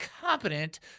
competent